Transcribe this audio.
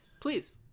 Please